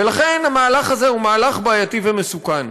ולכן המהלך הזה הוא מהלך בעייתי ומסוכן.